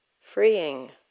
freeing